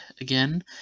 again